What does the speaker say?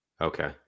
Okay